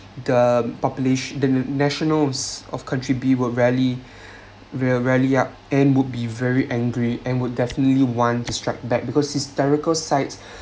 the populat~ the nationals of country B will rally will rally up and would be very angry and would definitely want to strike back because historical sites